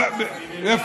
את,